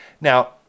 Now